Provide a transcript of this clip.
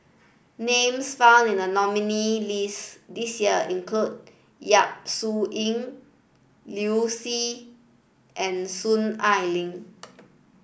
names found in the nominees' list this year include Yap Su Yin Liu Si and Soon Ai Ling